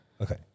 Okay